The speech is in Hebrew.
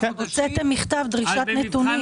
אז רציתי להסביר.